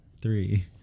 three